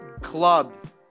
Clubs